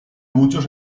muchos